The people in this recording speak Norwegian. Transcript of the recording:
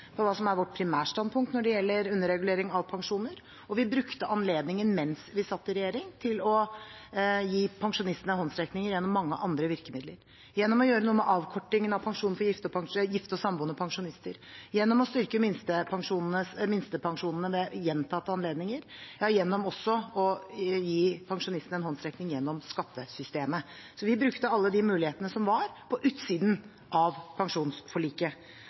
på hva som er vårt primærstandpunkt når det gjelder underregulering av pensjoner, og vi brukte anledningen mens vi satt i regjering, til å gi pensjonistene en håndsrekning gjennom mange andre virkemidler: gjennom å gjøre noe med avkortingen av pensjonen til gifte og samboende pensjonister, gjennom å styrke minstepensjonene ved gjentatte anledninger og også gjennom å gi pensjonistene en håndsrekning gjennom skattesystemet. Vi brukte alle de mulighetene som var på utsiden av pensjonsforliket.